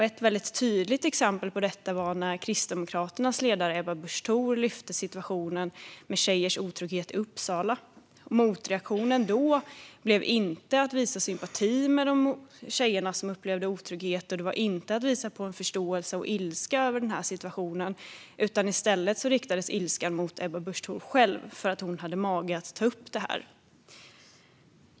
Ett tydligt exempel på detta var när Kristdemokraternas ledare Ebba Busch Thor lyfte fram ituationen med tjejers otrygghet i Uppsala. Motreaktionen då blev inte att visa sympati med tjejerna som upplevde otrygghet och att visa förståelse för och ilska över situationen. I stället riktades ilskan mot Ebba Busch Thor själv för att hon hade mage att ta upp det här.